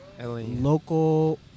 local